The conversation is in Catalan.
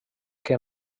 que